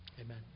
Amen